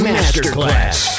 Masterclass